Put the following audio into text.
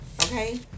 Okay